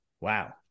Wow